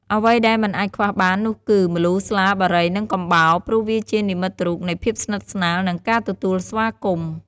អ្វីដែលមិនអាចខ្វះបាននោះគឺ ម្លូ ស្លា បារី និងកំបោរ ព្រោះវាជានិមិត្តរូបនៃភាពស្និទ្ធស្នាល និងការទទួលស្វាគមន៍។